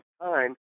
time